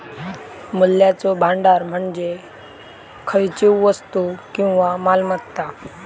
मूल्याचो भांडार म्हणजे खयचीव वस्तू किंवा मालमत्ता